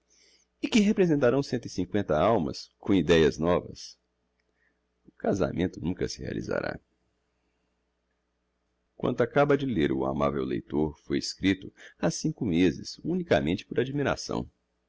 e que representarão cento e cincoenta almas com ideias novas o casamento nunca se realizará quanto acaba de ler o amavel leitor foi escrito ha cinco mêses unicamente por admiração